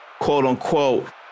quote-unquote